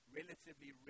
relatively